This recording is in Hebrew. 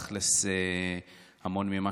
המון ממה שאנחנו עושים,